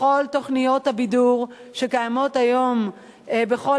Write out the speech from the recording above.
בכל תוכניות הבידור שקיימות היום בכל